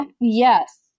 Yes